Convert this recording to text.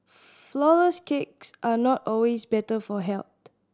flourless cakes are not always better for health